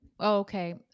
okay